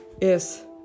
yes